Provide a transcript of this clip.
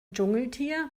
dschungeltier